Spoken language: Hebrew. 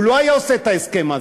הוא לא היה עושה את ההסכם הזה.